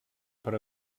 per